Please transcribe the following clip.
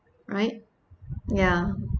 right ya